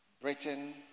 Britain